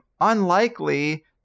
unlikely